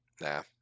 nah